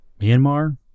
Myanmar